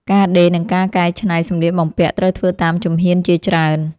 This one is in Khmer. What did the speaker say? ការដេរ និងការកែច្នៃសម្លៀកបំពាក់ត្រូវធ្វើតាមជំហានជាច្រើន។